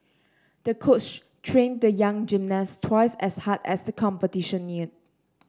the coach trained the young gymnast twice as hard as the competition neared